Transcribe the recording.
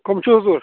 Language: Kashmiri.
کٕم چھُ حضوٗر